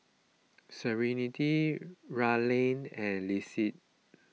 Serenity Raelynn and Lissette